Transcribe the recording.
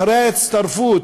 אחרי ההצטרפות,